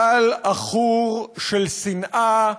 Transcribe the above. גל עכור של שנאה,